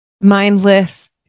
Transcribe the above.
mindless